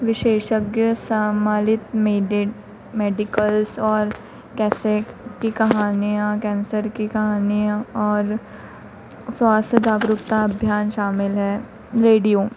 विशेषज्ञ समेलित मेडि मेडिकल्स और कैंसर की कहानियाँ कैंसर की कहानियाँ और स्वास्थ्य जागरुकता अभियान शामिल हैं रेडियो